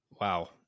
wow